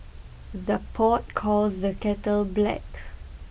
the pot calls the kettle black